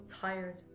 tired